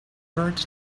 burnt